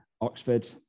Oxford